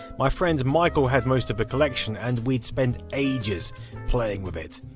my friend michael had most of the collection, and we'd spend ages playing with it.